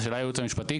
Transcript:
זו שאלה לייעוץ המשפטי,